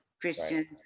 Christian